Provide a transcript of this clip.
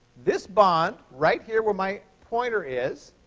this bond, right here where my pointer is,